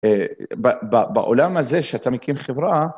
בעולם הזה שאתה מקים חברה.